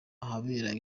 ahabera